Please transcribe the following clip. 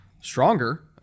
stronger